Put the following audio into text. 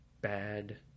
bad